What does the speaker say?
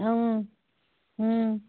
অঁ